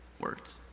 Words